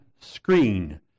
screen